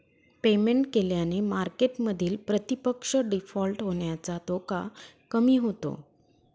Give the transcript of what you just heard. payment केल्याने मार्केटमधील प्रतिपक्ष डिफॉल्ट होण्याचा धोका कमी होतो